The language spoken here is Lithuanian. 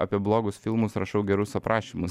apie blogus filmus rašau gerus aprašymus